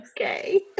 okay